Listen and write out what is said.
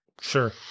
sure